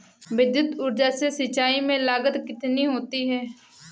विद्युत ऊर्जा से सिंचाई में लागत कितनी होती है?